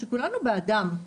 שכולנו בעדם.